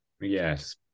yes